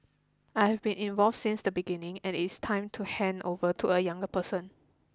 I have been involved since the beginning and it is time to hand over to a younger person